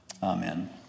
Amen